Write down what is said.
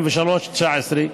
פ/1973/19,